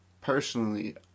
personally